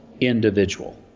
individual